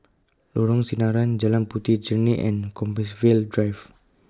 Lorong Sinaran Jalan Puteh Jerneh and Compassvale Drive